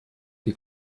ihr